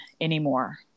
anymore